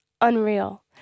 unreal